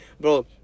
Bro